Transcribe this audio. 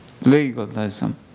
Legalism